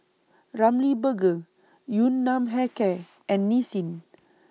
Ramly Burger Yun Nam Hair Care and Nissin